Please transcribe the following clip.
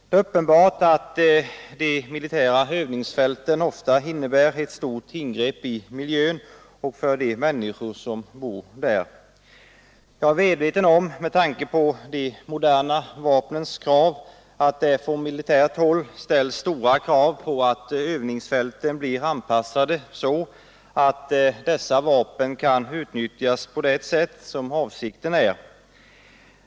Det är uppenbart att de militära övningsfälten ofta innebär ett stort ingrepp i miljön och för de människor som bor i dess närhet. Jag är medveten om att det, med tanke på de moderna vapnens krav, från militärt håll ställs stora anspråk på att övningsfälten blir anpassade så att dessa vapen kan utnyttjas på det sätt som avses.